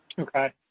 Okay